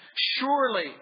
Surely